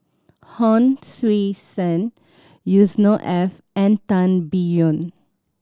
Hon Sui Sen Yusnor Ef and Tan Biyun